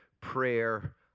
prayer